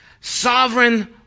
Sovereign